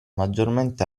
maggiormente